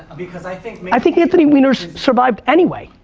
because i think i think anthony wiener's survived, anyway.